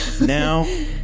Now